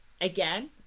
again